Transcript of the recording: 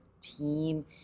team